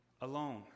alone